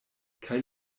kaj